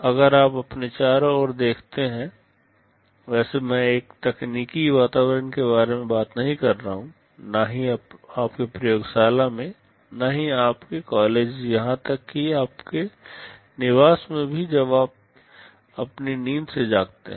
अगर आप अपने चारों ओर देखते हैं वैसे मैं एक तकनीकी वातावरण के बारे में बात नहीं कर रहा हूँ ना ही आपके प्रयोगशाला में ना हीं आपके कॉलेज यहाँ तक कि आपके निवास में भी जब आप अपनी नींद से जागते हैं